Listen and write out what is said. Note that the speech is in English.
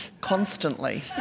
constantly